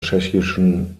tschechischen